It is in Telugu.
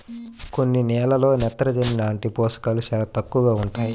కొన్ని నేలల్లో నత్రజని లాంటి పోషకాలు చాలా తక్కువగా ఉంటాయి